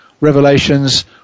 revelations